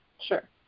Sure